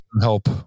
help